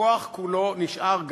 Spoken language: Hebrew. הכוח כולו נשאר,